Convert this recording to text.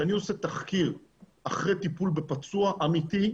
כשאני עושה תחקיר אחרי טיפול בפצוע אמיתי,